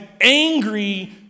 angry